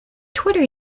twitter